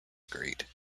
agreed